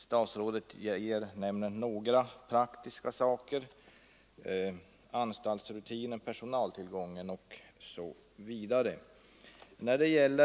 Statsrådet Geijer nämner några praktiska skäl: anstaltsrutiner, personaltillgången osv. De gällde knappast i detta fall.